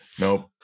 nope